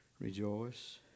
Rejoice